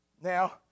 Now